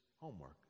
homework